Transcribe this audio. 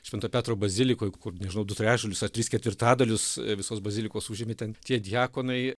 švento petro bazilikoj kur nežinau du trečdalius ar tris ketvirtadalius visos bazilikos užėmė ten tie diakonai